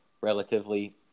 relatively